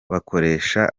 bakoresha